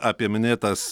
apie minėtas